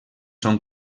són